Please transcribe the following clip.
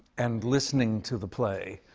and listening to the play,